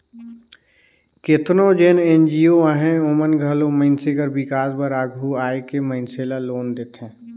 केतनो जेन एन.जी.ओ अहें ओमन घलो मइनसे कर बिकास बर आघु आए के मइनसे ल लोन देथे